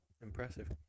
impressive